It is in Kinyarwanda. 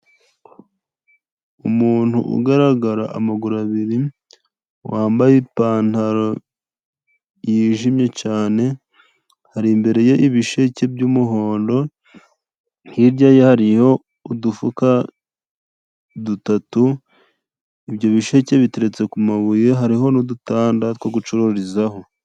Umuntu ugaragara amaguru abiri, wambaye ipantaro yijimye cyane, hari imbere ye ibisheke by'umuhondo, hirya ye hariyo udufuka dutatu. Ibyo bisheke biteretse ku mabuye, hariho n'udutanda two gucururizaho.